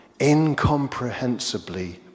incomprehensibly